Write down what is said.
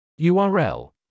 url